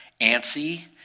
antsy